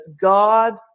God